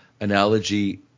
Analogy